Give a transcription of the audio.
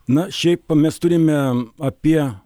na šiaip mes turime apie